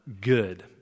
good